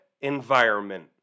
environment